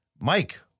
Mike